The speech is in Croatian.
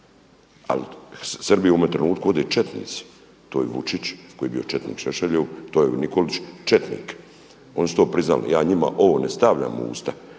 Ali Srbija u ovome trenutku vode četnici. To je Vučić koji je bio četnik Šešelju, to je Nikolić četnik. Oni su to priznali. Ja njima ovo ne stavljam u usta.